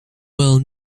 well